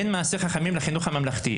אין מעשי חכמים לחינוך הממלכתי.